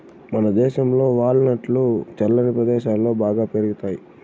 మనదేశంలో వాల్ నట్లు చల్లని ప్రదేశాలలో బాగా పెరుగుతాయి